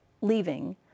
leaving